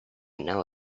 know